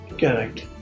Correct